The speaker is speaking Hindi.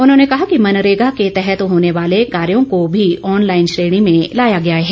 उन्होंने कहा कि मनरेगा के तहत होने वाले कायोँ को भी ऑनलाइन श्रेणी में लाया गया है